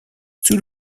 sous